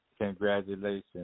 congratulations